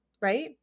right